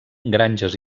granges